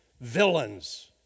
villains